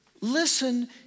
Listen